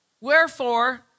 Wherefore